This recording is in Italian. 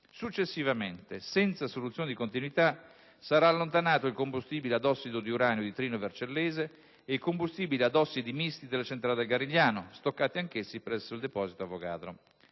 Successivamente, senza soluzione di continuità, sarà allontanato il combustibile ad ossido di uranio di Trino Vercellese ed il combustibile ad ossidi misti della centrale del Garigliano, stoccati anch'essi presso il deposito Avogadro.